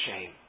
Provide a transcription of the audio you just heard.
shame